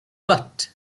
but